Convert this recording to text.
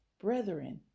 brethren